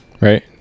Right